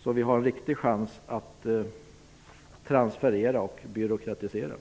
så att vi har en riktig chans att transferera och byråkratisera.